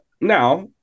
Now